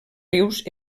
rius